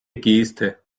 geste